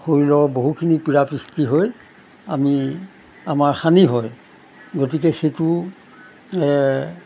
শৰীৰৰ বহুখিনি পীড়া পিস্তি হৈ আমি আমাৰ সানি হয় গতিকে সেইটো